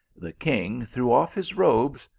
the king threw off his robes,